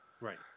Right